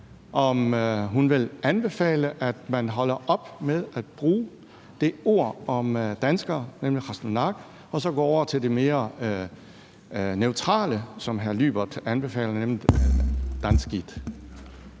om hun vil anbefale, at man holder op med at bruge det ord, og så går over til det mere neutrale, som Juaaka Lyberth anbefaler, nemlig danskit.